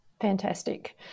Fantastic